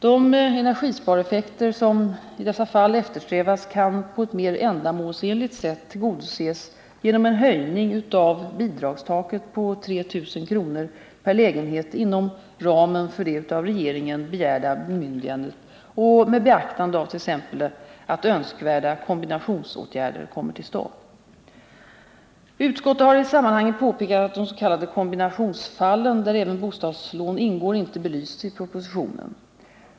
De energispareffekter som i dessa fall eftersträvas kan på ett mera ändamålsenligt sätt tillgodoses genom en höjning av bidragstaket på 3 000 kr. per lägenhet inom ramen för det av regeringen begärda bemyndigandet och med beaktande av t.ex. att önskvärda kombinationsåtgärder kommer till stånd. Utskottet har i sammanhanget påpekat att des.k. kombinationsfallen, där även bostadslån ingår, inte belysts i propositionen.